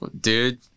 Dude